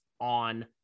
on